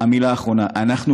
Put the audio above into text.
מילה אחרונה: